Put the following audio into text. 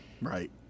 right